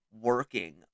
working